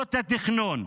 במוסדות התכנון,